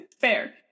Fair